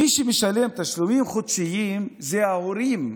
מי שמשלם תשלומים חודשיים זה ההורים.